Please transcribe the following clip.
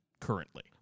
currently